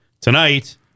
Tonight